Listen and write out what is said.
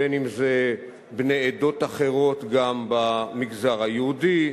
בין שזה בני עדות אחרות, גם במגזר היהודי.